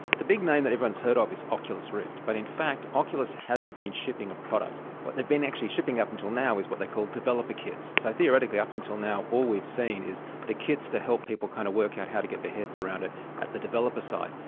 the big name that everyone has heard of is oculus rift, but in fact oculus hasn't been shipping a product. what they've been actually shipping up until now is what they call developer kits. so theoretically up until now all we've seen is the kits to help people kind of work out how to get their heads around it at the developer site.